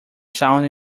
sound